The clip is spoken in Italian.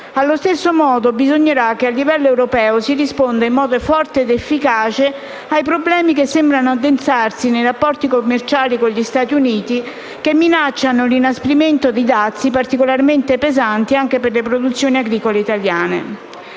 Allo stesso modo, bisognerà che a livello europeo si risponda in modo forte ed efficace ai problemi che sembrano addensarsi nei rapporti commerciali con gli Stati Uniti che minacciano l'inasprimento di dazi particolarmente pesanti anche per le produzioni agricole italiane.